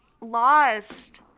lost